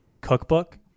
cookbook